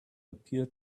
appear